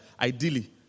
ideally